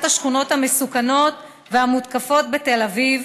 השכונות המסוכנות והמותקפות בתל אביב,